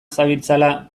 zabiltzala